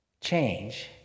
Change